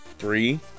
Three